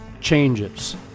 changes